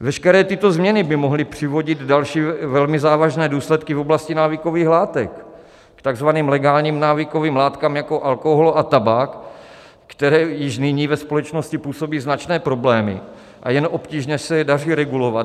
Veškeré tyto změny by mohly přivodit další velmi závažné důsledky v oblasti návykových látek takzvaným legálním návykovým látkám jako alkohol a tabák, které již nyní ve společnosti působí značné problémy a jen obtížně se je daří regulovat.